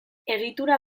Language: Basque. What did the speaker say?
egitura